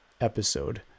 episode